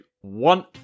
one